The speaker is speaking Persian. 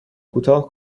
کوتاه